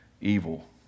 evil